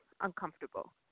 uncomfortable